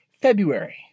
February